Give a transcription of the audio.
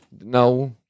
no